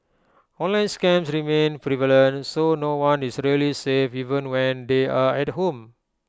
online scams remain prevalent so no one is really safe even when they're at home